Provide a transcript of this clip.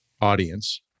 audience